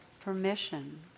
permission